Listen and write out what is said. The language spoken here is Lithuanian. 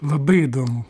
labai įdomu